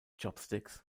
chopsticks